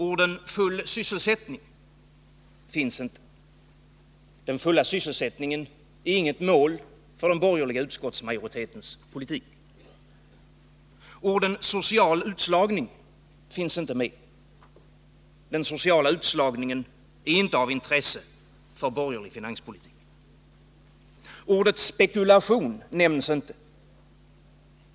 Orden full sysselsättning finns inte. Den fulla sysselsättningen är inget mål för den borgerliga utskottsmajoritetens politik. Orden social utslagning finns inte med. Den sociala utslagningen är inte av intresse för borgerlig finanspolitik. Ordet spekulation nämns inte.